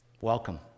welcome